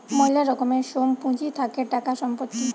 ময়লা রকমের সোম পুঁজি থাকে টাকা, সম্পত্তি